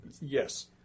Yes